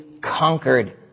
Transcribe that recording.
conquered